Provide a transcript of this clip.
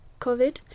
COVID